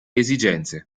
esigenze